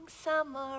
summer